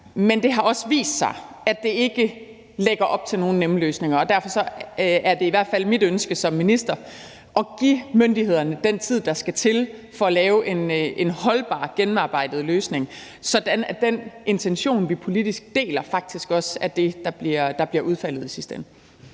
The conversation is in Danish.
Men det har også vist sig, at det ikke lægger op til nogen nemme løsninger, og derfor er det i hvert fald mit ønske som minister at give myndighederne den tid, der skal til for at lave en holdbar, gennemarbejdet løsning, sådan at den intention, vi deler politisk, faktisk også bliver udfaldet i sidste ende.